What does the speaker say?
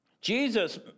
Jesus